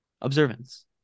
Observance